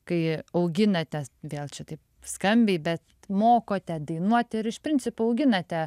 kai auginate vėl čia taip skambiai bet mokote dainuoti ir iš principo auginate